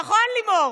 נכון, לימור?